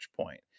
point